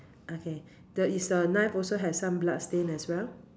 okay the is your knife also has some bloodstain as well